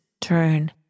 turn